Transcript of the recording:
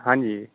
हाँ जी